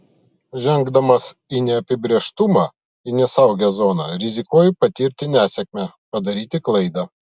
žengdamas į neapibrėžtumą į nesaugią zoną rizikuoji patirti nesėkmę padaryti klaidą